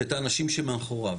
ואת האנשים שמאחוריו.